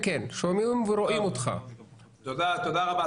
תודה רבה.